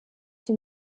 die